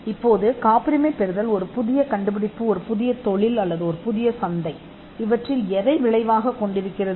இப்போது காப்புரிமை பெறுவது ஒரு புதிய கண்டுபிடிப்புத் துறையில் அல்லது சந்தையில் விளைகிறது